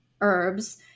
herbs